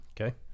Okay